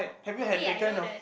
hey I know that